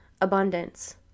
abundance